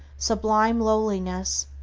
sublime lowliness,